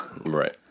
Right